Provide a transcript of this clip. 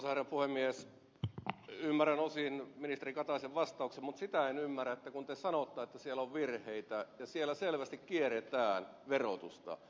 ymmärrän osin ministeri kataisen vastauksen mutta sitä en ymmärrä kun te sanotte että siellä on virheitä ja siellä selvästi kierretään verotusta